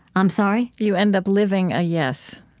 i'm sorry? you end up living a yes.